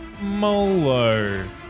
Molo